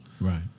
Right